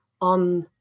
on